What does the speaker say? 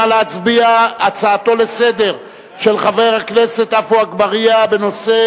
נא להצביע על הצעתו לסדר-היום של חבר הכנסת עפו אגבאריה בנושא